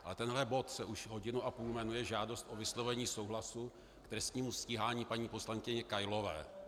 A tenhle bod se už hodinu a půl jmenuje žádost o vyslovení souhlasu k trestnímu stíhání paní poslankyně Kailové.